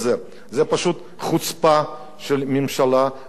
זו פשוט חוצפה של הממשלה הנוכחית,